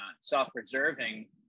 self-preserving